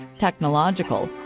technological